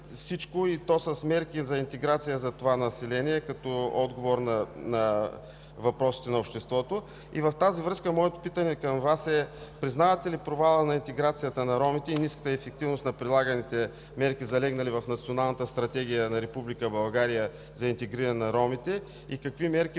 и то с мерки за интеграция на това население като отговор на въпросите на обществото. В тази връзка моето питане към Вас е: признавате ли провала на интеграцията на ромите и ниската ефективност на прилаганите мерки, залегнали в Националната стратегия на Република България за интегриране на ромите и какви мерки